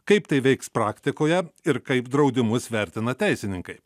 kaip tai veiks praktikoje ir kaip draudimus vertina teisininkai